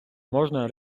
можна